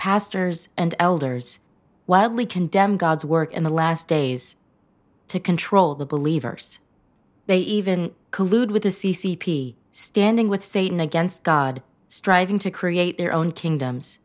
pastors and elders wildly condemned god's work in the last days to control the believers they even collude with the c c p standing with satan against god striving to create their own kingdoms